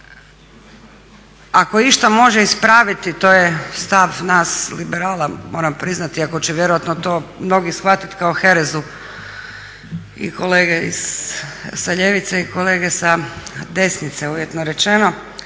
ako išta može ispraviti to je stav naš liberala moram priznati iako će vjerojatno to mnogi shvatiti kao herezu i kolege sa ljevice i kolege sa desnice uvjetno rečeno.